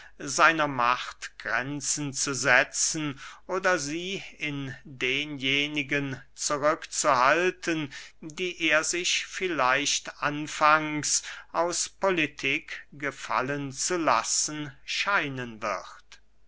seiner macht grenzen zu setzen oder sie in denjenigen zurück zu halten die er sich vielleicht anfangs aus politik gefallen zu lassen scheinen wird